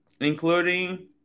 including